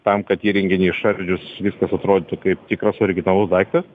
tam kad įrenginį išardžius viskas atrodytų kaip tikras originalus daiktas